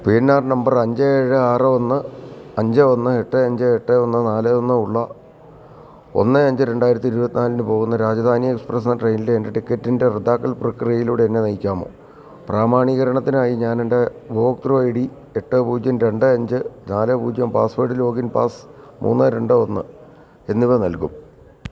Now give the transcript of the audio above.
P N R number അഞ്ച് ഏഴ് ആറ് ഒന്ന് അഞ്ച് ഒന്ന് എട്ട് അഞ്ച് എട്ട് ഒന്ന് നാല് ഒന്ന് ഉള്ള ഒന്ന് അഞ്ച് രണ്ടായിരത്തി ഇരുപത്തിനാലിന് പോകുന്ന രാജധാനി എക്സ്പ്രസ്സ് എന്ന ട്രെയിനിലെ എൻ്റെ ടിക്കറ്റിൻ്റെ റദ്ദാക്കൽ പ്രക്രിയയിലൂടെ എന്നെ നയിക്കാമോ പ്രാമാണീകരണത്തിനായി ഞാൻ എൻ്റെ ഉപഭോക്തൃ ഐ ഡി എട്ട് പൂജ്യം രണ്ട് അഞ്ച് നാല് പൂജ്യം പാസ്സ്വേഡ് ലോഗിൻ പാസ് മൂന്ന് രണ്ട് ഒന്ന് എന്നിവ നല്കും